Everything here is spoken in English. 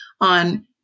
on